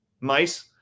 mice